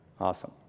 awesome